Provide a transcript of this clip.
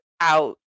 out